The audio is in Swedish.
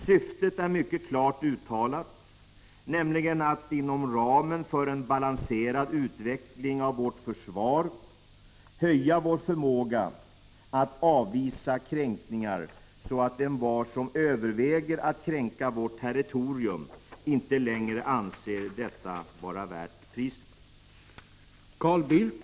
Syftet är mycket klart uttalat, nämligen att inom ramen för en balanserad utveckling av vårt försvar höja vår förmåga att avvisa kränkningar så att envar som överväger att kränka vårt territorium inte längre anser detta vara värt priset.